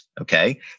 okay